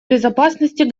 безопасности